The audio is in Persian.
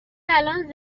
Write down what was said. الان